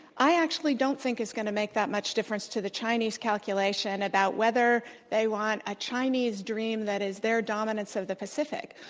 i actually don't think is going to make that much different to the chinese calculation about whether they want a chinese dream that is their dominance of the pacific.